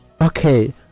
Okay